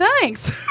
Thanks